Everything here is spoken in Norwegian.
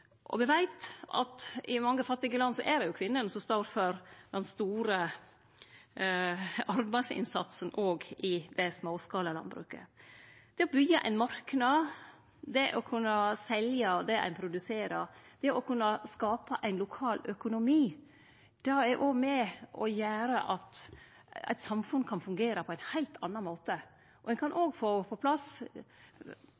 veit at i mange fattige land er det kvinnene som står for den store arbeidsinnsatsen òg i småskalalandbruket. Det å byggje ein marknad, det å kunne selje det ein produserer, det å kunne skape ein lokal økonomi er med på å gjere at eit samfunn kan fungere på ein heilt annan måte. Ein kan